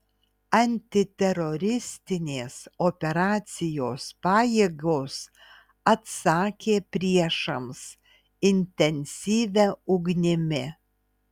antiteroristinės operacijos pajėgos atsakė priešams intensyvia ugnimi